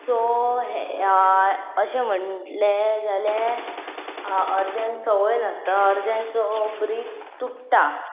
so अशें म्हणटलें जाल्यार अर्द्यां संवय नासता अर्द्यांचो ब्रीद तुटटा